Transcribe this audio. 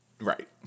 Right